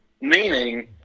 meaning